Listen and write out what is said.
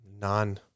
None